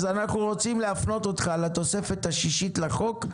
אז אנחנו רוצים להפנות אותך לתוספת השישית לחוק,